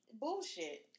Bullshit